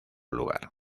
lugar